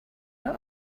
not